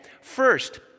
First